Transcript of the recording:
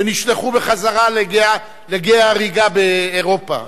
ונשלחו בחזרה לגיא ההריגה באירופה.